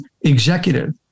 executive